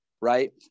right